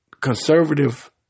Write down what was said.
conservative